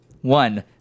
One